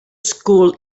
school